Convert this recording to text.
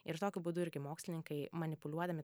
ir tokiu būdu irgi mokslininkai manipuliuodami